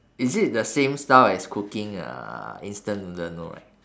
is it the same style as cooking uh instant noodle no right